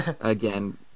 again